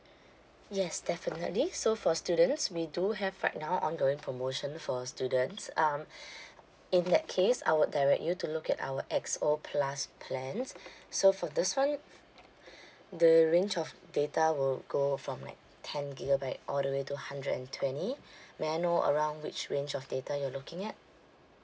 yes definitely so for students we do have right now ongoing promotion for students um in that case I will direct you to look at our X O plus plans so for this [one] the range of data will go from like ten gigabyte all the way to hundred and twenty may I know around which range of data you're looking at